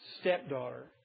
stepdaughter